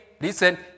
listen